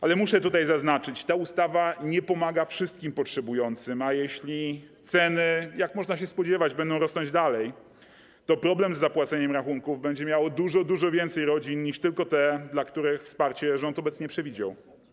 Ale muszę tutaj zaznaczyć, że ta ustawa nie pomaga wszystkim potrzebującym, a jeśli ceny, jak można się spodziewać, będą rosnąć dalej, to problem z zapłaceniem rachunków będzie miało dużo, dużo więcej rodzin niż tylko te, dla których wsparcie rząd obecnie przewidział.